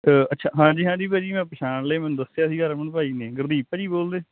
ਅੱਛਾ ਹਾਂਜੀ ਹਾਂਜੀ ਭਾਅ ਜੀ ਮੈਂ ਪਛਾਣ ਲਏ ਮੈਨੂੰ ਦੱਸਿਆ ਸੀਗਾ ਰਮਨ ਭਾਅ ਜੀ ਨੇ ਗੁਰਦੀਪ ਭਾਅ ਜੀ ਬੋਲਦੇ